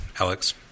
Alex